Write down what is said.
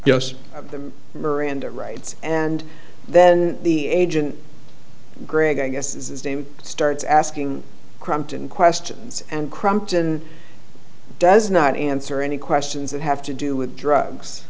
miranda rights and then the agent greg i guess its name starts asking crompton questions and crompton does not answer any questions that have to do with drugs